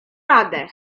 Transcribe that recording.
radę